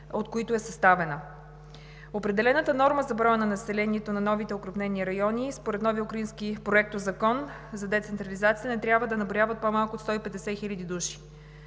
от които е съставена. Определената норма за броя на населението на новите окрупнени райони според новия украински Проектозакон за децентрализация не трябва да наброява по-малко от 150 хиляди души.